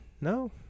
No